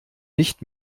nicht